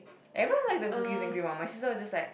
everyone like the cookies and cream one my sister was just like